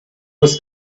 was